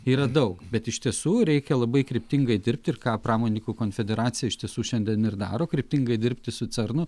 yra daug bet iš tiesų reikia labai kryptingai dirbti ir ką pramoninkų konfederacija iš tiesų šiandien ir daro kryptingai dirbti su cernu